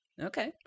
Okay